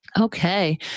Okay